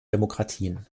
demokratien